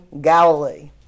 Galilee